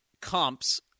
comps